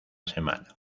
semana